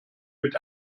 mit